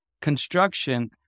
construction